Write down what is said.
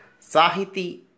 sahiti